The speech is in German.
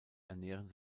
ernähren